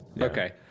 okay